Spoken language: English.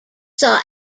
saw